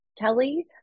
Kelly